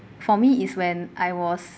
for me is when I was